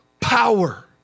power